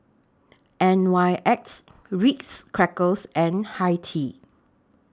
N Y X Ritz Crackers and Hi Tea